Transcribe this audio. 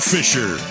Fisher